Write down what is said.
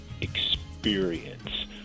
experience